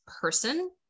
person